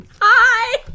Hi